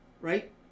right